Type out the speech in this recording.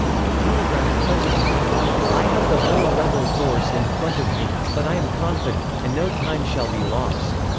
he telegraphed president lincoln i have the whole rebel force in front of me, but i am confident, and no time shall be lost.